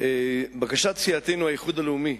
בקשת סיעתנו האיחוד הלאומי